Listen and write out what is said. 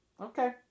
Okay